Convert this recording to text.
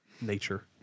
Nature